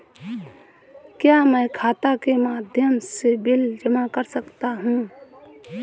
क्या मैं खाता के माध्यम से बिल जमा कर सकता हूँ?